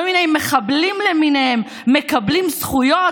כל מיני מחבלים למיניהם מקבלים זכויות,